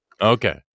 Okay